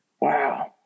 wow